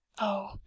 Oh